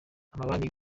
amabanki